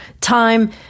time